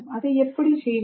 அதை எப்படி செய்வது